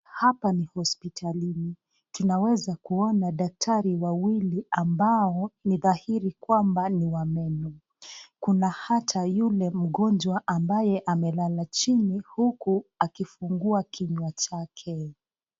Hapa ni hospitalini, tunaweza kuona daktari wawili ambao ni dhahiri kwamba ni wamama. Kuna hata yule mgonjwa ambaye amelala chini huku akifungua kinywa chake.